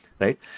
Right